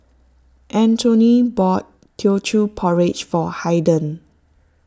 Antony bought Teochew Porridge for Haiden